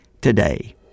today